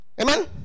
Amen